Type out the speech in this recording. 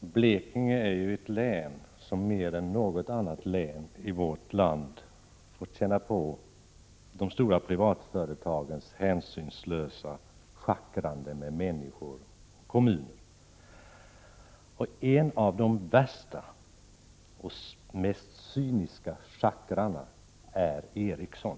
Blekinge är ju ett län som mer än något annat län i vårt land fått känna på de stora privatföretagens hänsynslösa schackrande med människor och kommuner. En av de värsta och mest cyniska schackrarna är Ericsson.